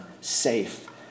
safe